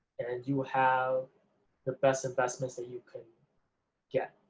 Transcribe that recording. and you have the best investments that you could get.